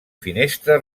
finestra